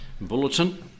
bulletin